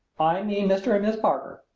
i mean mr. and miss parker.